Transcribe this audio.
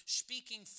speaking